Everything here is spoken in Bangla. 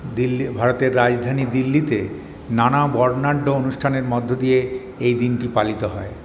দিল্লি ভারতের রাজধানী দিল্লিতে নানা বর্ণাঢ্য অনুষ্ঠানের মধ্যে দিয়ে এই দিনটি পালিত হয়